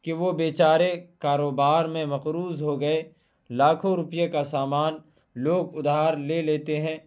کہ وہ بیچارے کاروبار میں مقروض ہو گئے لاکھوں روپئے کا سامان لوگ ادھار لے لیتے ہیں